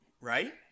Right